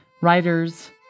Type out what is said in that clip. writers